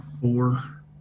Four